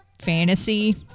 fantasy